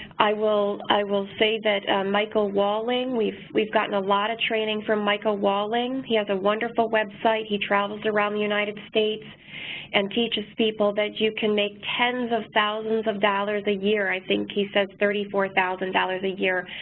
i will i will say that michael walling, we have gotten a lot of training from michael walling, he has a wonderful website. he travels around the united states and teaches people that you can make tens of thousands of dollars a year, i think he says thirty four thousand dollars a year,